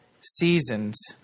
seasons